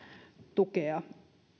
tukea